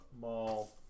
mall